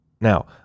Now